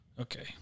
Okay